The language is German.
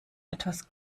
etwas